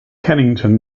kennington